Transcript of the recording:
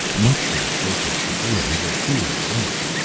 much to the church's chagrin, the theory worked.